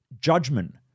judgment